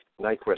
Nyquist